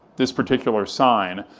this particular sign,